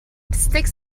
sticks